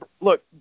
look